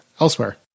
elsewhere